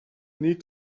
need